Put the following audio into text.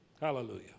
Hallelujah